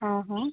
हा हा